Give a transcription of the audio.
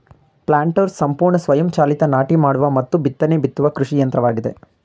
planters ಸಂಪೂರ್ಣ ಸ್ವಯಂ ಚಾಲಿತ ನಾಟಿ ಮಾಡುವ ಮತ್ತು ಬಿತ್ತನೆ ಬಿತ್ತುವ ಕೃಷಿ ಯಂತ್ರವಾಗಿದೆ